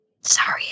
Sorry